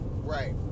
Right